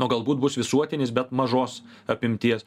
o galbūt bus visuotinis bet mažos apimties